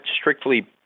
strictly